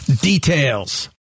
details